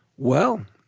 well,